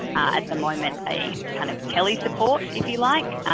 at the moment, a kind of tele support, if you like,